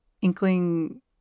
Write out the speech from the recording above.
inkling